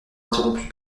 interrompue